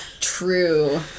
True